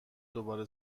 دوباره